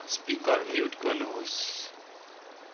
speaker mute गर्नुहोस्